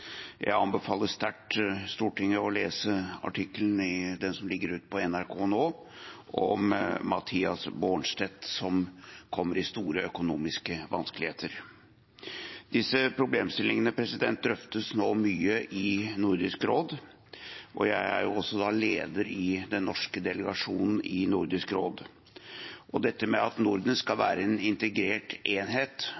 Jeg anbefaler sterkt Stortinget å lese artikkelen som ligger ute på NRK.no nå, om Mattias Bornstedt, som kommer i store økonomiske vanskeligheter. Disse problemstillingene drøftes nå mye i Nordisk råd. Jeg er leder i den norske delegasjonen i Nordisk råd. Dette med at Norden skal